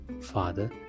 Father